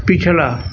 पिछला